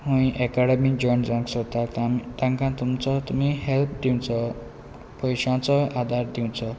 खंय एक academic joint जावंक सोदतात तांकां तुमचो तुमी हेल्प दिवचो पयशांचो आदार दिवचो